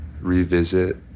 revisit